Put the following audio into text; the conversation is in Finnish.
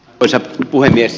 arvoisa puhemies